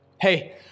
Hey